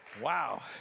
wow